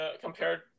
compared